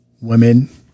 women